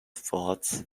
forts